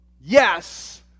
yes